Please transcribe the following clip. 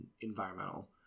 environmental